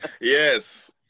Yes